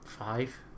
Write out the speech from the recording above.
Five